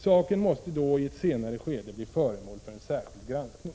Saken måste då i ett senare skede bli föremål för en särskild granskning.